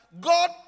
God